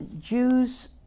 Jews